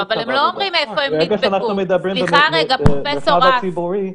ברגע שאנחנו מדברים על המרחב הציבורי,